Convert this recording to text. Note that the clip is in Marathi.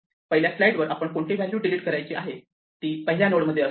या पहिल्या स्लाईड वर आपण कोणती व्हॅल्यू डिलीट करायचे आहे ती पहिल्या नोडमध्ये असते